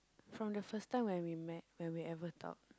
from the first time when we met when we ever talk